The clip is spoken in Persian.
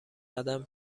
قدم